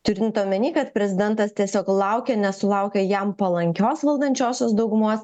turint omeny kad prezidentas tiesiog laukia nesulaukia jam palankios valdančiosios daugumos